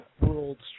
world's